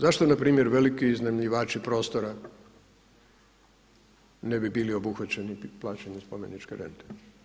Zašto npr. veliki iznajmljivači prostora ne bi bili obuhvaćeni plaćanjem spomeničke rente?